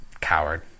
Coward